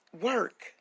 work